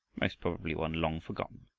most probably one long forgotten,